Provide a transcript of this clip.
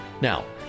Now